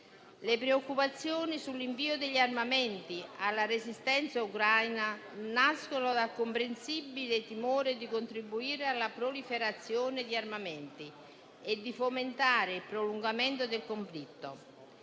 Le preoccupazioni sull'invio degli armamenti alla resistenza ucraina nascono dal comprensibile timore di contribuire alla proliferazione di armamenti e di fomentare il prolungamento del conflitto.